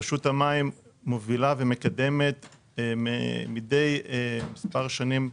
רשות המים מובילה ומקדמת מידי מספר שנים,